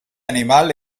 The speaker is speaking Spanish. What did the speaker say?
animal